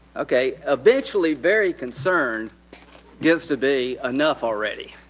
okay eventually very concerned gets to be enough already.